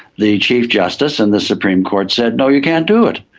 the chief justice and the supreme court said no, you can't do it,